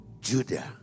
judah